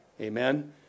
Amen